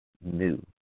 New